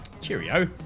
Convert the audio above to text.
Cheerio